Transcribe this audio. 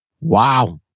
Wow